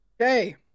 Okay